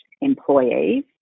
employees